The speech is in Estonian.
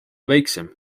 väiksem